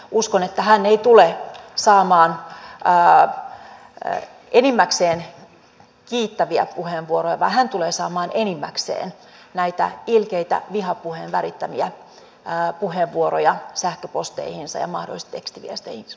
uskon että hän ei tule saamaan enimmäkseen kiittäviä puheenvuoroja vaan hän tulee saamaan enimmäkseen näitä ilkeitä vihapuheen värittämiä puheenvuoroja sähköposteihinsa ja mahdollisesti tekstiviesteihinsä